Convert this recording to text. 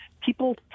people